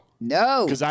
No